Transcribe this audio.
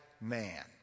man